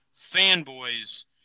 fanboys